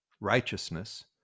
Righteousness